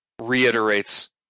reiterates